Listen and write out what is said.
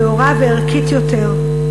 טהורה וערכית יותר,